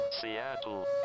Seattle